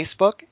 Facebook